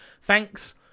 thanks